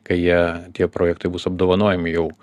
kai jie tie projektai bus apdovanojami jau